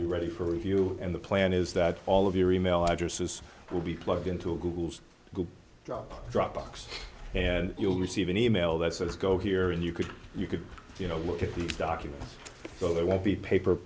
ready for review and the plan is that all of your e mail addresses will be plugged into google's goog dropbox and you'll receive an e mail that says go here and you could you could you know look at these documents go there won't be paper